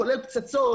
כולל פצצות,